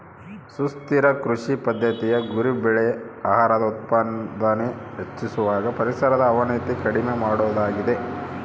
ಸುಸ್ಥಿರ ಕೃಷಿ ಪದ್ದತಿಯ ಗುರಿ ಬೆಳೆ ಆಹಾರದ ಉತ್ಪಾದನೆ ಹೆಚ್ಚಿಸುವಾಗ ಪರಿಸರದ ಅವನತಿ ಕಡಿಮೆ ಮಾಡೋದಾಗಿದೆ